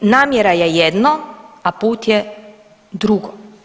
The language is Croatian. Namjera je jedno, a put je drugo.